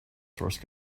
source